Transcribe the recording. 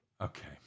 Okay